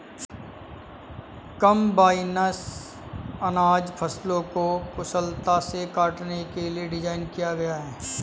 combines अनाज फसलों को कुशलता से काटने के लिए डिज़ाइन किया गया है